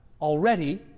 already